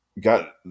got